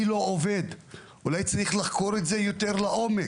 שותף פעיל בדוח מבקר המדינה בנושא האמל״ח.